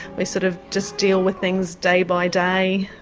we sort of just deal with things day by day.